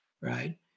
right